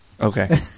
Okay